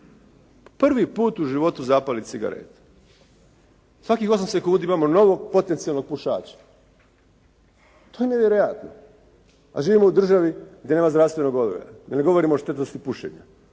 prvi put u životu zapali cigaretu. Svakih 8 sekundi imamo novog potencijalnog pušača. To je nevjerojatno, a živimo u državi gdje nema zdravstvenog odgoja, da ne govorimo o štetnosti pušenja,